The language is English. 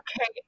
okay